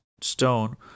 stone